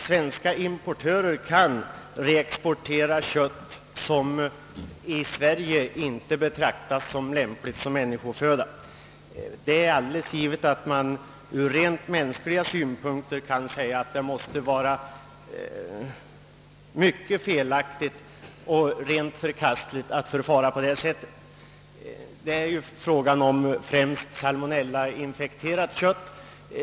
Svenska importörer kan reexportera kött som i Sverige inte anses vara lämpligt som människoföda. Det är ur rent mänsklig synpunkt felaktigt och förkastligt att förfara på detta sätt. Främst är det här fråga om salmonellainfekterat kött.